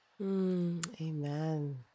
Amen